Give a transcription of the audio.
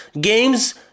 Games